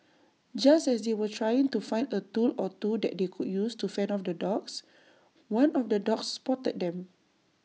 just as they were trying to find A tool or two that they could use to fend off the dogs one of the dogs spotted them